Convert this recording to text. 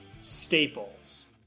staples